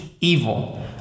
evil